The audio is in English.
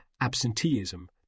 absenteeism